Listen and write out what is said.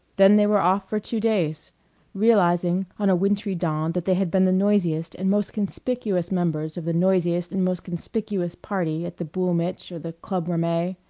then they were off for two days realizing on a wintry dawn that they had been the noisiest and most conspicuous members of the noisiest and most conspicuous party at the boul' mich', or the club ramee,